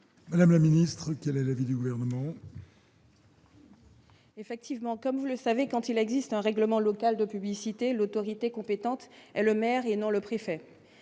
Madame la ministre, quel est l'avis du gouvernement. Effectivement, comme vous le savez, quand il existe un règlement local de publicité l'autorité compétente, le maire et non le préfet